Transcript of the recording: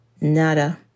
nada